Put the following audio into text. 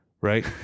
Right